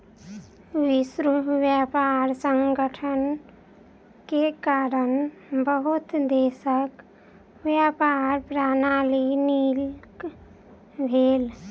विश्व व्यापार संगठन के कारण बहुत देशक व्यापार प्रणाली नीक भेल